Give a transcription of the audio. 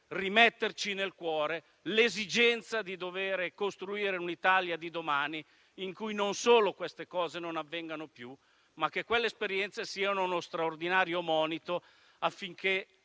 rimetterci nel cuore l'esigenza di dover costruire un'Italia di domani in cui non solo queste cose non avvengano più, ma in cui quelle esperienze siano uno straordinario monito affinché